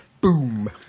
boom